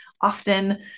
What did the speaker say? often